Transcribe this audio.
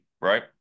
right